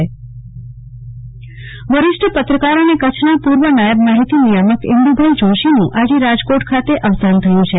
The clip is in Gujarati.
કલ્પના શાહ્ નિધન વરિષ્ઠ પત્રકાર અને કચ્છના પુર્વ નાયબ માહિતી નિયામક ઈન્દુભાઈ જોષીનું આજે રાજકોટ ખાતે અવસાન થયુ છે